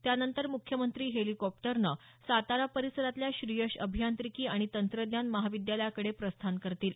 त्यानंतर मुख्यमंत्री हेलीकॉप्टरनं सातारा परिसरातल्या श्रीयश अभियांत्रिकी आणि तंत्रज्ञान महाविद्यालयाकडे प्रस्थान करतील